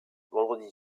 vendredi